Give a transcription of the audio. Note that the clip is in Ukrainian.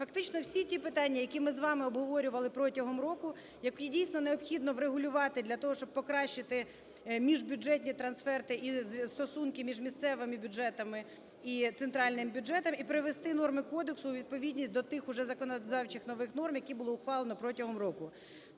Фактично всі ті питання, які ми з вами обговорювали протягом року, які дійсно необхідно врегулювати для того, щоб покращити міжбюджетні трансферти і стосунки між місцевими бюджетами і центральним бюджетом і привести норми кодексу у відповідність до тих уже законодавчих нових норм, які було ухвалено протягом року.